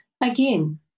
Again